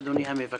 לאדוני המבקר.